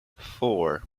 four